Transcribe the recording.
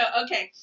okay